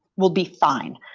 will be fine.